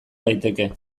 daiteke